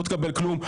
לא תקבל כלום.